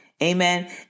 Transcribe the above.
Amen